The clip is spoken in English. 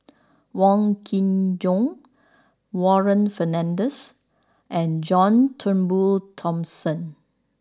Wong Kin Jong Warren Fernandez and John Turnbull Thomson